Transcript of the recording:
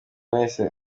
wese